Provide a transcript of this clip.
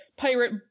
Pirate